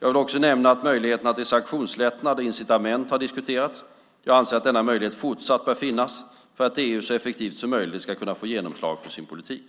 Jag vill också nämna att möjligheterna till sanktionslättnader eller incitament har diskuterats. Jag anser att denna möjlighet fortsatt bör finnas för att EU så effektivt som möjligt ska kunna få genomslag för sin politik.